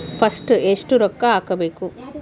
First ಎಷ್ಟು ರೊಕ್ಕ ಹಾಕಬೇಕು?